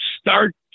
start